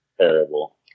terrible